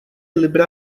libra